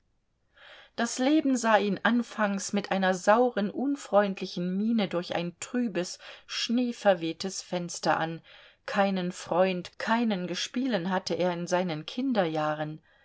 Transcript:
das leben sah ihn anfangs mit einer sauren unfreundlichen miene durch ein trübes schneeverwehtes fenster an keinen freund keinen gespielen hatte er in seinen kinderjahren